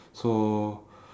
so